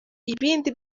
ibindi